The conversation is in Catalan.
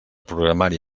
programari